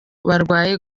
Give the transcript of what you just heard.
barwaye